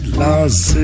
lost